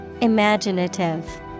Imaginative